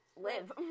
live